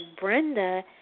Brenda